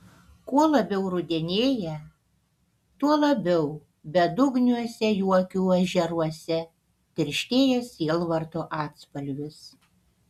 kuo labiau rudenėja tuo labiau bedugniuose jų akių ežeruose tirštėja sielvarto atspalvis